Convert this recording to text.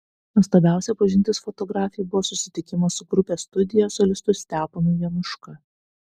nuostabiausia pažintis fotografei buvo susitikimas su grupės studija solistu steponu januška